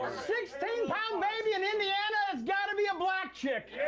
sixteen pound baby in indiana, it's gotta be a black chick.